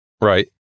Right